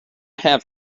have